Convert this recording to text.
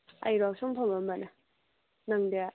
ꯑꯩꯔꯣ ꯁꯨꯝ ꯐꯝꯃꯝꯕꯅꯤ ꯅꯪꯗꯤ